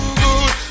good